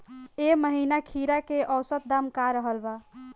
एह महीना खीरा के औसत दाम का रहल बा?